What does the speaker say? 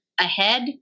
ahead